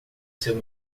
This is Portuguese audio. seu